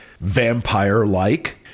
vampire-like